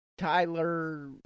Tyler